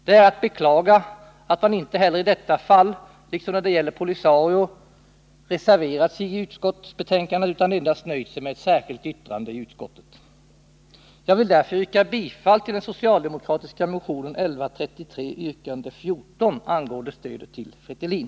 Det är att beklaga att socialdemokraterna i detta fall, liksom när det gäller POLISARIO, inte reserverat sig i utskottet utan nöjt sig med ett särskilt yttrande till utskottsbetänkandet. Jag vill därför yrka bifall till den